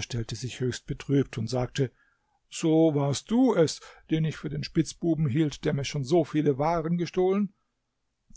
stellte sich höchst betrübt und sagte so warst du es den ich für den spitzbuben hielt der mir schon so viele waren gestohlen